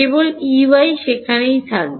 কেবল Ey সেখানেই থাকবে